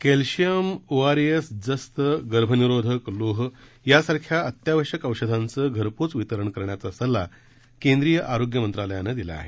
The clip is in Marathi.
कॅल्शियम ओआरएस जस्त गर्भ निरोधक लोह यासारख्या अत्यावश्यक औषधांचे घरपोच वितरण करण्याचा सल्ला केंद्रीय आरोग्य मंत्रालयाने दिला आहे